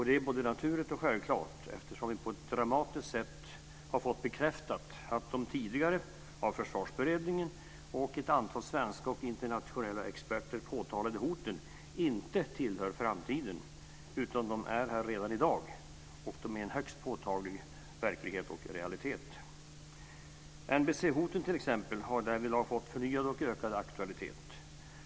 Det är både naturligt och självklart, eftersom vi på ett dramatiskt sätt har fått bekräftat att de tidigare, av Försvarsberedningen och ett antal svenska och internationella experter, påtalade hoten inte tillhör framtiden utan att de är här redan i dag och en högst påtaglig verklighet och realitet. NBC-hoten t.ex. har därvidlag fått förnyad och ökad aktualitet.